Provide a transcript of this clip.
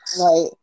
Right